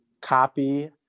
copy